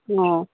অঁ